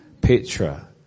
Petra